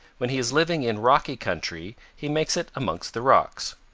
when he is living in rocky country, he makes it amongst the rocks.